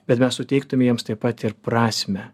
bet mes suteiktum jiems taip pat ir prasmę